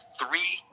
three